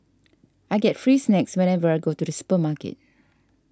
I get free snacks whenever I go to the supermarket